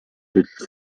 ütles